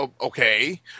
okay